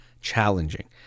challenging